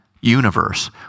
universe